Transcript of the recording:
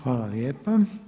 Hvala lijepa.